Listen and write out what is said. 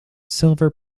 silver